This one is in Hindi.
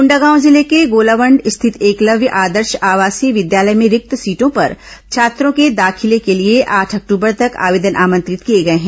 कोंडागांव जिले के गोलावंड स्थित एकलव्य आदर्श आवासीस विद्यालय में रिक्त सीटों पर छात्रों के दाखिले के लिए आठ अक्टूबर तक आवेदन आमंत्रित किए गए हैं